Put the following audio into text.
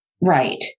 Right